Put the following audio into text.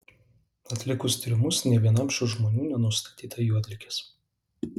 atlikus tyrimus nė vienam šių žmonių nenustatyta juodligės